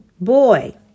Boy